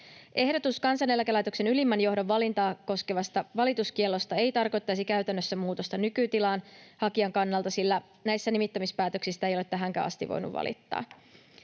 Ehdotus Kansaneläkelaitoksen ylimmän johdon valintaa koskevasta valituskiellosta ei tarkoittaisi käytännössä muutosta nykytilaan hakijan kannalta, sillä näistä nimittämispäätöksistä ei ole tähänkään asti voinut valittaa.